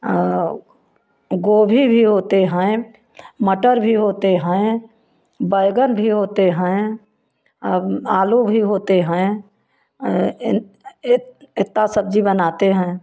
और गोभी भी होते हैं मटर भी होते हैं बैंगन भी होते हैं आलू भी होते हैं इतना सब्जी बनाते हैं